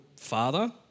father